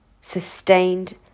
sustained